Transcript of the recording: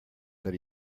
that